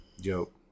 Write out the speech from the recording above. joke